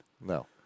No